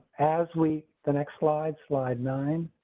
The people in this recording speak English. as we, the next slide slide nine.